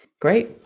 Great